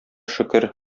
шөкер